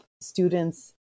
students